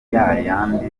yayandi